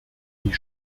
wie